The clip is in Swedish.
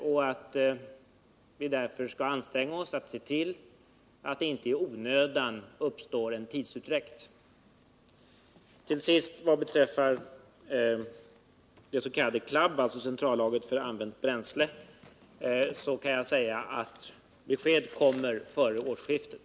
Vi skall därför anstränga oss och se till att det inte uppstår någon tidsutdräkt i onödan. Till sist: Vad beträffar centrallagret för använt bränsle — det s.k. CLAB — kan jag säga att ett besked skall komma före årsskiftet.